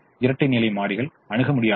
எனவே இரட்டை நிலை மாறிகள் அணுக முடியாதவை